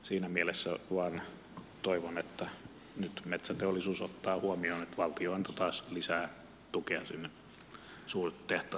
siinä mielessä vain toivon että nyt metsäteollisuus ottaa huomioon että valtio antoi taas lisää tukea sinne suurtehtaitten puolelle